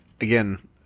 again